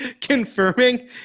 confirming